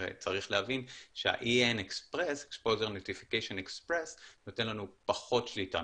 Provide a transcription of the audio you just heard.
וצריך להבין שה-Exposure Notification Express נותן לנו פחות שליטה,